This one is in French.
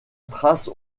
trace